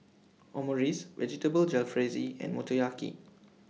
Omurice Vegetable Jalfrezi and Motoyaki